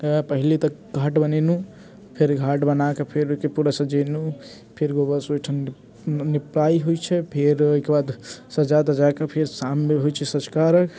पहिले तऽ घाट बनेलहुँ फेर घाट बना कऽ फेर ओहिके पूरा सजेलहुँ फेर बस ओहिठाम निपाइ होइत छै फेर ओहिके बाद सजा तजा कऽ फेर शाममे होइ छै सँझुका अर्घ्य